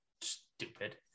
stupid